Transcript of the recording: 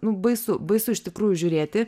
nu baisu baisu iš tikrųjų žiūrėti